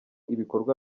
ibikorwa